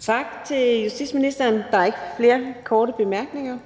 Tak til justitsministeren. Der er ikke flere korte bemærkninger.